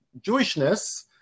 Jewishness